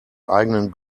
eigenen